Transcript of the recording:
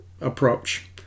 approach